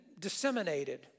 disseminated